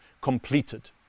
completed